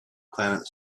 planet